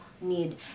need